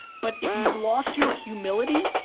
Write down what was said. but if you've lost your humility,